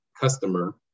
customer